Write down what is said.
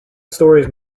stories